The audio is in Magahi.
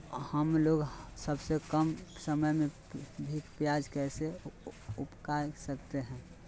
हमलोग सबसे कम समय में भी प्याज कैसे उगा सकते हैं?